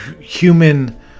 human